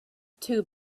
too